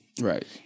Right